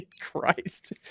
Christ